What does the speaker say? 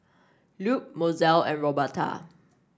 Lupe Mozell and Roberta